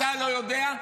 אתה לא יודע,